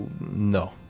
No